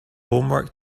homework